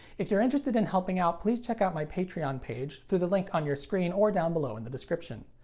if you're interested in helping out, please check out my patreon page through the link on your screen, or down below in the description.